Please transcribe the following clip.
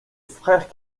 frère